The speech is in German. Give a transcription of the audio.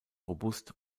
robust